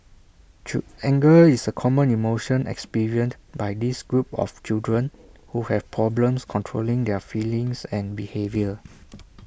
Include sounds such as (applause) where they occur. (unintelligible) anger is A common emotion experienced by this group of children who have problems controlling their feelings and behaviour